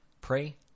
pray